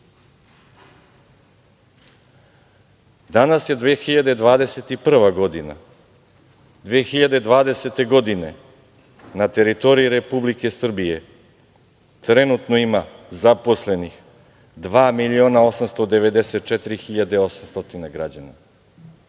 posao. Danas je 2021. godina, 2020. godine na teritoriji Republike Srbije trenutno ima zaposlenih 2.894.800 građana,